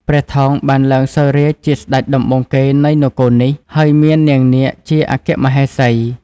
ព្រះថោងបានឡើងសោយរាជ្យជាស្ដេចដំបូងគេនៃនគរនេះ ហើយមាននាងនាគជាអគ្គមហេសី។